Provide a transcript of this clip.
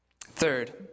Third